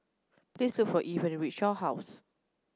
please look for Evie when you reach Shaw House